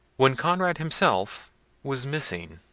when conrad himself was missing.